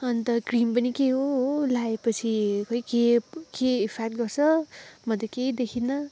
अन्त क्रिम पनि के हो हो लगाए पछि खोइ के के इफेक्ट गर्छ म त केही देखिनँ